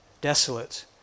desolate